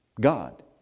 God